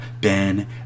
Ben